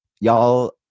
Y'all